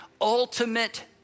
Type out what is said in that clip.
ultimate